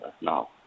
now